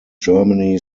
germany